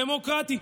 דמוקרטי.